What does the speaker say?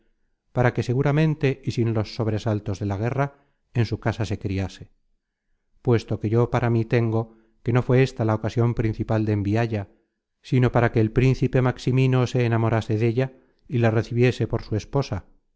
para que seguramente y sin los sobresaltos de la guerra en su casa se criase puesto que yo para mí tengo que no fué ésta la ocasion principal de envialla sino para que el principe maximino se enamorase della y la recibiese por su esposa